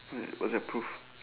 where was that proof